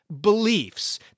beliefs